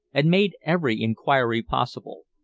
and made every inquiry possible.